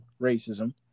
racism